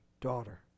daughter